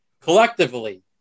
collectively